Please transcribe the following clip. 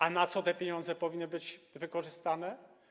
A na co te pieniądze powinny być wykorzystane?